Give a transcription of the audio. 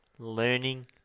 Learning